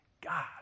God